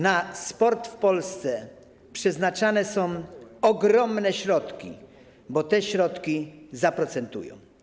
Na sport w Polsce przeznaczane są ogromne środki, bo te środki zaprocentują.